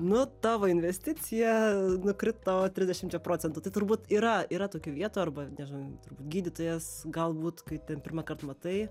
nu tavo investicija nukrito trisdešimčia procentų tai turbūt yra yra tokių vietų arba nežinau turbūt gydytojas galbūt kai ten pirmąkart matai